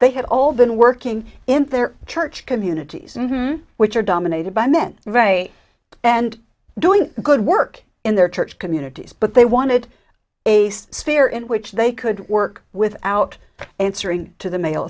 they had all been working in their church communities which are dominated by men right and doing good work in their church communities but they wanted a sphere in which they could work without answering to the ma